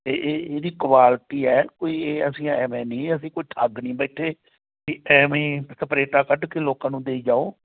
ਅਤੇ ਇਹ ਇਹਦੀ ਕੁਆਲਟੀ ਹੈ ਕੋਈ ਅਸੀਂ ਐਵੇਂ ਨਹੀਂ ਅਸੀਂ ਕੋਈ ਠੱਗ ਨਹੀਂ ਬੈਠੇ ਵੀ ਐਵੇਂ ਸਪਰੇਟਾ ਕੱਢ ਕੇ ਲੋਕਾਂ ਨੂੰ ਦੇਈ ਜਾਓ